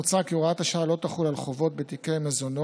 מוצע כי הוראת השעה לא תחול על חובות בתיקי מזונות,